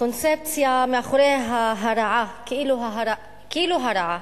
הקונספציה מאחורי ההרעה, כאילו הרעה,